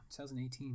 2018